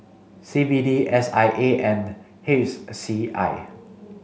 C B D S I A and C I